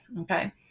Okay